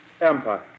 Empire